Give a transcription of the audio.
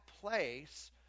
place